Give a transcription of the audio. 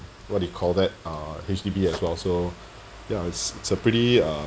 what do you call that uh H_D_B as well so ya it's it's a pretty uh